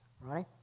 right